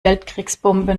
weltkriegsbombe